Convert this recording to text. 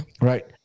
Right